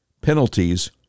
penalties